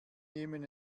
nehmen